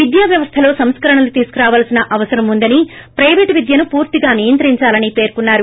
వీద్యా వ్యవస్థలో సంస్కరణలు తీసుకురావాల్సిన అవసరం ఉందని ప్లేపేట్ విద్యను పూర్తిగా నియంత్రించాలని పేర్కొన్నారు